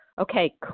okay